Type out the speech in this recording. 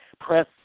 press